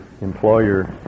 employer